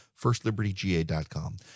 firstlibertyga.com